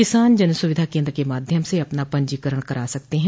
किसान जन सुविधा केन्द्र के माध्यम से अपना पंजीकरण करा सकते हैं